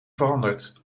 veranderd